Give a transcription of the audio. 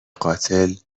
قاتل